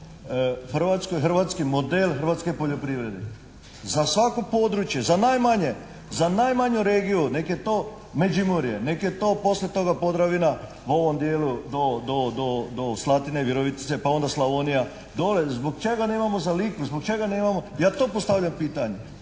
hrvatski model hrvatske poljoprivrede? Za svako područje, za najmanje, za najmanju regiju, nek' je to Međimurje, nek' je to poslije toga Podravina u ovom dijelu do Slatine, Virovitice pa onda Slavonija dolje, zbog čega nemamo za Liku, zbog čega nemamo, ja to postavljam pitanje.